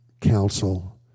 council